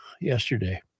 Yesterday